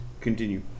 continue